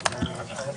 כאלה,